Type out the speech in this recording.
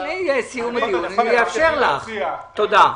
לפני סיום הדיון אאפשר לך לדבר.